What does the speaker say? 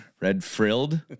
Red-frilled